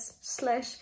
slash